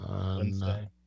Wednesday